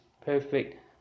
perfect